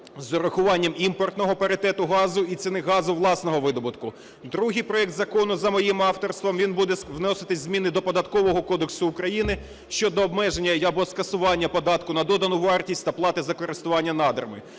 з урахуванням імпортного паритету газу і ціни газу власного видобутку. Другий проект закону, за моїм авторством, він буде вносити зміни до Податкового кодексу України щодо обмеження або скасування податку на додану вартість та плати за користування надрами.